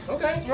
Okay